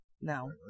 no